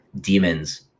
demons